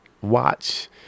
watch